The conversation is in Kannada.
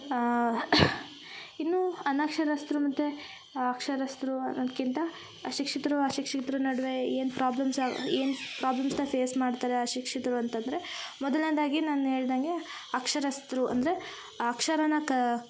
ಇನ್ನೂ ಅನಕ್ಷರಸ್ಥ್ರು ಮತ್ತು ಅನಕ್ಷರಸ್ಥ್ರು ಅನ್ನೋದ್ಕಿಂತ ಶಿಕ್ಷಿತರು ಅಶಿಕ್ಷಿತ್ರ ನಡುವೆ ಏನು ಪ್ರಾಬ್ಲಮ್ಸ್ ಏನು ಪ್ರಾಬ್ಲಮ್ಸ್ನ ಫೇಸ್ ಮಾಡ್ತಾರೆ ಅಶಿಕ್ಷಿತರು ಅಂತಂದರೆ ಮೊದಲನೇಯದಾಗಿ ನಾನು ಹೇಳ್ದಂಗೆ ಅಕ್ಷರಸ್ಥ್ರು ಅಂದರೆ ಆ ಅಕ್ಷರನ ಕ